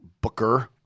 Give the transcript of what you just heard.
Booker